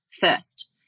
first